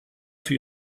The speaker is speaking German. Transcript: für